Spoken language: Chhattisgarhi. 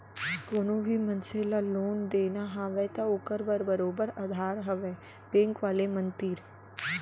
कोनो भी मनसे ल लोन देना हवय त ओखर बर बरोबर अधार हवय बेंक वाले मन तीर